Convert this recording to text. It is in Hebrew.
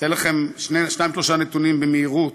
אתן לכם שניים-שלושה נתונים במהירות: